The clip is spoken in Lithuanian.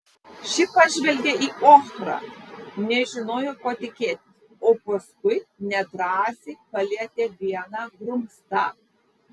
ši pažvelgė į ochrą nežinojo ko tikėtis o paskui nedrąsiai palietė vieną grumstą